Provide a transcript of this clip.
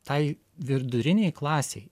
tai vidurinei klasei